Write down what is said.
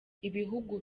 ibihugu